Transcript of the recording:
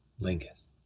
lingus